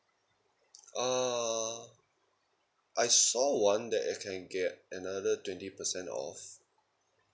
ah I saw one that I can get another twenty percent off